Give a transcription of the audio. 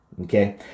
okay